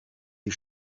die